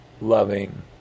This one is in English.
loving